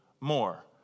more